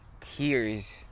tears